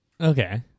Okay